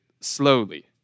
slowly